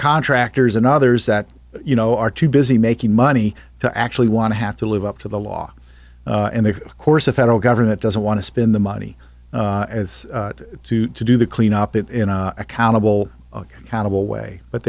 contractors and others that you know are too busy making money to actually want to have to live up to the law and the course the federal government doesn't want to spend the money to to do the cleanup it accountable accountable way but